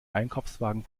einkaufswagen